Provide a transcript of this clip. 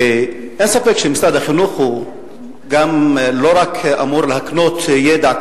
אין ספק שמשרד החינוך אמור לא רק להקנות ידע,